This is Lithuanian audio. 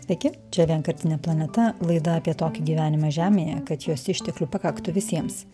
iki čia vienkartinė planeta laida apie tokį gyvenimą žemėje kad jos išteklių pakaktų visiems